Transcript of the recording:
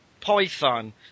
Python